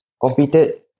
competed